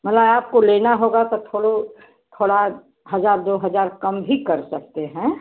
मतलब आपको लेना होगा तो थोड़ो थोड़ा हज़ार दो हज़ार कम भी कर सकते हैं